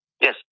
Yes